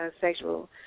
sexual